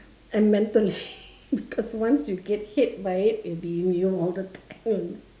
and mentally because once you get hit by it it'll be in you all the time